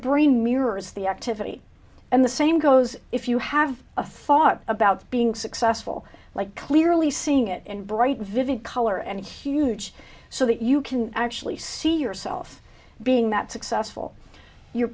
brain mirrors the activity and the same goes if you have a thought about being successful like clearly seeing it and bright vivid color and huge so that you can actually see yourself being that successful your